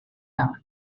own